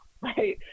right